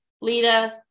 lita